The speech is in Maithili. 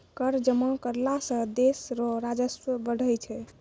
कर जमा करला सं देस रो राजस्व बढ़ै छै